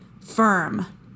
firm